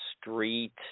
street